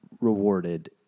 rewarded